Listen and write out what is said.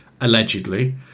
allegedly